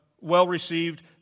well-received